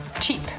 Cheap